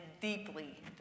deeply